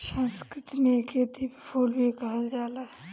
संस्कृत में एके दिव्य फूल भी कहल जाला